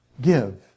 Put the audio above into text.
Give